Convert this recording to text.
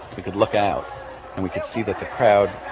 we could look out and we could see that the crowd,